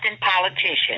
politicians